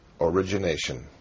Origination